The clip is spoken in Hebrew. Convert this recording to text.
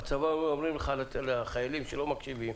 בצבא אומרים לחיילים שלא מקשיבים: